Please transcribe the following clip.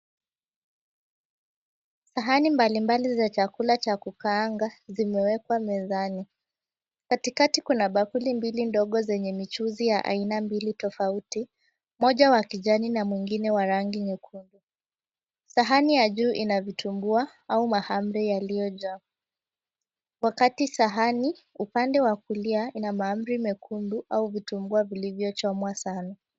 Sahani mbalimbali za chakula cha kukaanga zimewekwa mezani. Katikati kuna bakuli mbili ndogo zenye michuzi ya aina mbili tofauti, moja wa kijani na mwingine wa rangi nyekundu. Sahani ya juu ina vitumbua au mahamri yaliyojaa. Wakati sahani upande wa kulia ina mahamri mekundu au vitumbua vilivyochomwa sana.